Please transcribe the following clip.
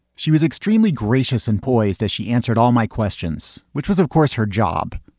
she was extremely gracious and poised as she answered all my questions, which was, of course, her job,